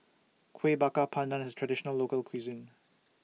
Kueh Bakar Pandan IS A Traditional Local Cuisine